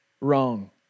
wrong